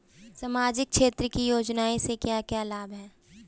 सामाजिक क्षेत्र की योजनाएं से क्या क्या लाभ है?